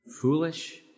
Foolish